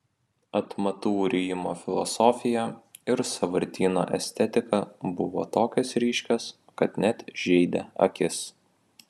atmatų rijimo filosofija ir sąvartyno estetika buvo tokios ryškios kad net žeidė akis